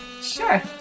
Sure